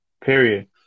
Period